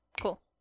cool